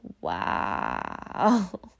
wow